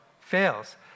fails